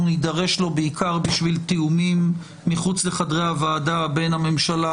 נדרש לו בעיקר לשם תיאומים מחוץ לחדר הוועדה בין הממשלה,